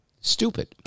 stupid